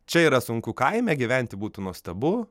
čia yra sunku kaime gyventi būtų nuostabu